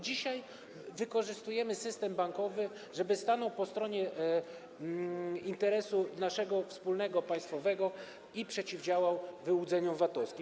Dzisiaj wykorzystujemy system bankowy, żeby stanął po stronie interesu naszego wspólnego, państwowego i przeciwdziałał wyłudzeniom VAT-owskim.